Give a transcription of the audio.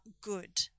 good